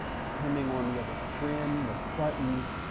depending on the other trim, the buttons,